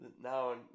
Now